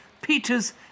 Peters